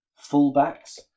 fullbacks